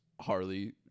Harley